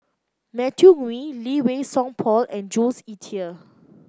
Matthew Ngui Lee Wei Song Paul and Jules Itier